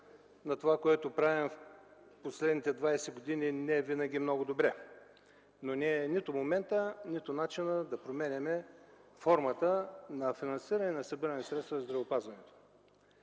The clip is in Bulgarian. на това, което правим в последните двадесет години, но не винаги много добре. Сега не е нито моментът, нито това е начинът да променяме формата на финансиране, на събиране средства за здравеопазването.